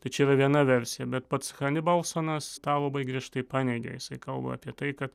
tai čia yra viena versija bet pats hanibalsonas tą labai griežtai paneigė jisai kalba apie tai kad